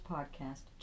Podcast